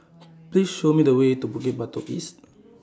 Please Show Me The Way to Bukit Batok East